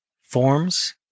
forms